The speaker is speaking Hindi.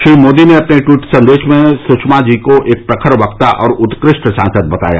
श्री मोदी ने अपने ट्वीट संदेश में सुषमा जी को एक प्रखर वक्ता और उत्कृष्ट सांसद बताया